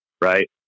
right